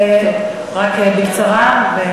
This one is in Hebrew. רק בקצרה.